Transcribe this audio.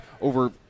over